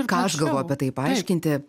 ką aš galvoju apie tai paaiškinti